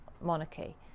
monarchy